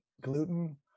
gluten